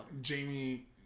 Jamie